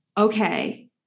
okay